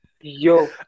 yo